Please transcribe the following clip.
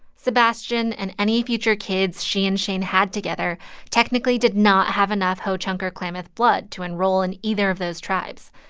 sebastian and any future kids she and shane had together technically did not have enough ho-chunk or klamath blood to enroll in either of those tribes.